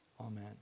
Amen